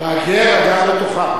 והגר הגר בתוכם.